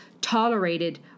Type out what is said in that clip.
tolerated